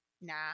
Nah